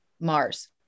Mars